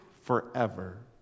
forever